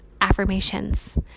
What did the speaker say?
Affirmations